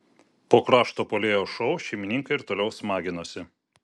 po krašto puolėjo šou šeimininkai ir toliau smaginosi